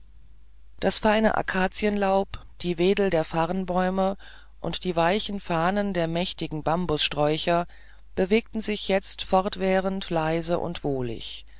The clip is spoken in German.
das feine akazienlaub die wedel der farnbäume und die weichen fahnen der mächtigen bambussträucher bewegten sich jetzt fortwährend leise und wohlig